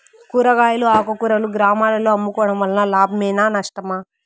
కూరగాయలు ఆకుకూరలు గ్రామాలలో అమ్ముకోవడం వలన లాభమేనా నష్టమా?